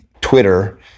Twitter